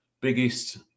biggest